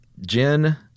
Jen